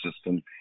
system